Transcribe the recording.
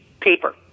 paper